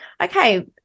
Okay